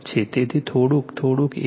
તેથી થોડુંક થોડુંક a છે